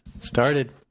Started